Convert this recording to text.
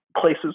places